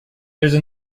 there’s